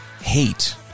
hate